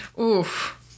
Oof